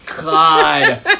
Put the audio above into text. God